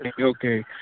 okay